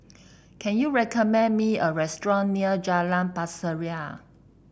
can you recommend me a restaurant near Jalan Pasir Ria